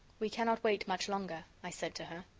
we cannot wait much longer, i said to her.